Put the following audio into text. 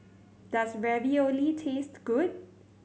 does Ravioli taste good